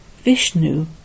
Vishnu